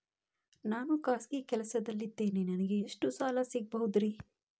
ನಾನು ಖಾಸಗಿ ಕೆಲಸದಲ್ಲಿದ್ದೇನೆ ನನಗೆ ಎಷ್ಟು ಸಾಲ ಸಿಗಬಹುದ್ರಿ?